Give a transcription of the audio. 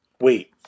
Wait